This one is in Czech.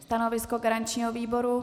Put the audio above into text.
Stanovisko garančního výboru?